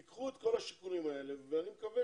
תיקחו את כל השיקולים האלה ואני מקווה